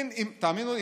תאמינו לי,